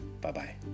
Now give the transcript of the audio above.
Bye-bye